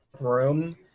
room